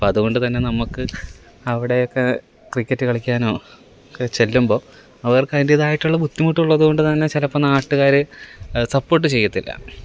അപ്പം അതുകൊണ്ട് തന്നെ നമുക്ക് അവിടെയൊക്കെ ക്രിക്കെറ്റ് കളിക്കാനോ ക്കെ ചെല്ലുമ്പോൾ അവർക്ക് അതിന്റെതായിട്ടുള്ള ബുദ്ധിമുട്ടുള്ളതു കൊണ്ട് തന്നെ ചിലപ്പോൾ നാട്ടുകാരെ സപ്പോട്ട് ചെയ്യത്തില്ല